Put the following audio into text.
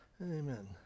Amen